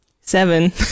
seven